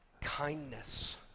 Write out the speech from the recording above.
kindness